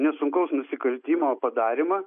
nesunkaus nusikaltimo padarymą